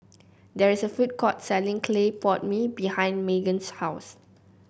there is a food court selling Clay Pot Mee behind Magen's house